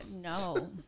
No